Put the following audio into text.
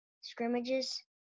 scrimmages